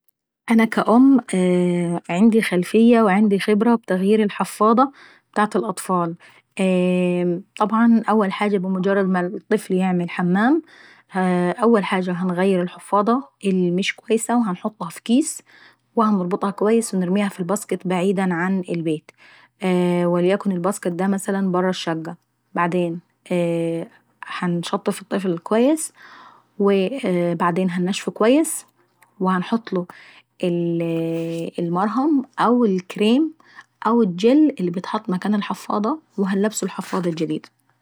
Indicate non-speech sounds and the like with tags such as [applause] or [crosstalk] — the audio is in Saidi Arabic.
انا كأم عيندي خلفية وعيندي خبرة في تغيير الحفاضة ابتاعة الأطفال. [hesitation] طبعا اول حاجة بمجرد ما الطفل يعمل حمام اول حاجة هنغير الحفاضة اللي مش كويسة وهنحطها في كيس وهنربطها اكوس ونرميها ف الباسكت بعيدا عن البيت. وليكن البسكت دا مثلا برة الشقة. وبعدين هنشطف الطفل دا اكويس، بعدبن هننشفه كويس وهنحطله المرهم او الكريم او الجل اللي هنحطه مكان الحفاضة الجديدة وبعدين هنلبسه الحفاضة.